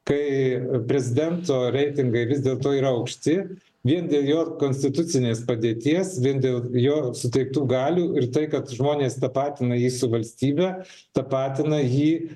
kai prezidento reitingai vis dėlto yra aukšti vien dėl jo konstitucinės padėtiesvien dėl jo suteiktų galių ir tai kad žmonės tapatina jį su valstybe tapatina jį